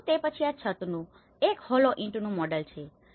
પરંતુ તે પછી આ છતનું એક હોલો ઈંટનું મોડેલ છે